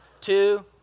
Two